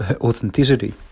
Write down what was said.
authenticity